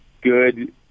good